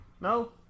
No